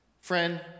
Friend